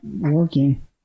working